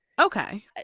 okay